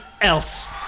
else